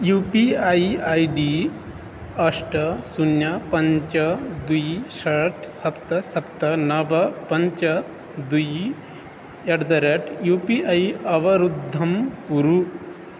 you P I I D अष्ट शून्यं पञ्च द्वे षट् सप्त सप्त नव पञ्च द्वे at the rate U P I अवरुद्धं कुरु